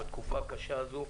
בתקופה הקשה הזו,